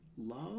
love